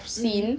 hmm